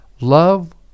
Love